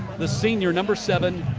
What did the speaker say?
the senior, number seven,